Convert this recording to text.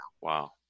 Wow